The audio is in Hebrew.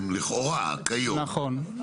נכון.